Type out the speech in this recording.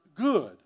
good